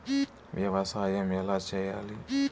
వ్యవసాయం ఎలా చేయాలి?